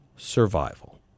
Survival